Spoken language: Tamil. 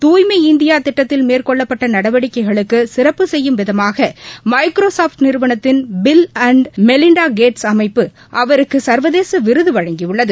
தூய்மை இந்தியா திட்டத்தில் மேற்கொள்ளப்பட்ட நடவடிக்கைகளுக்கு சிறப்பு செய்யும் விதமாக மைக்ரோசாப்ட் நிறுவனத்தின் பில் அன்ட் மெலின்டா கேட்ஸ் அமைப்பு அவருக்கு சர்வதேச விருது வழங்கியுள்ளது